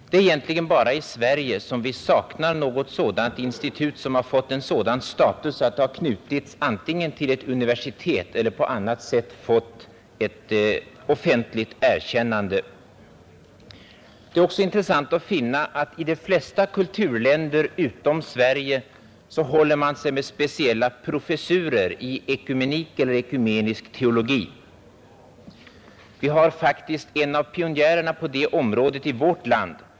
Det är egentligen bara i Sverige som vi saknar ett sådant institut som fått sådan status, att det antingen knutits till ett universitet eller på annat sätt fått ett offentligt erkännande. Det är också intressant att finna att man i de flesta kulturländer utanför Sverige håller sig med speciella professurer i ekumenik eller ekumenisk teologi. En av pionjärerna på detta område kommer f. ö. från vårt land.